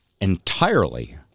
entirely